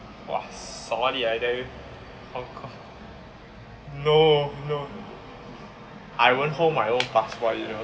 !wah! solid ah I tell you confirm no no I won't hold my own passport you know